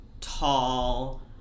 tall